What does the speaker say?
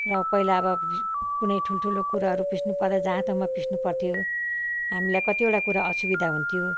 र पहिला अब कुनै ठुल्ठुलो कुराहरू पिस्नु पर्दा जाँतोमा पिस्नु पर्थ्यो हामीलाई कतिवटा कुरा असुविधा हुन्थ्यो